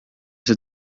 see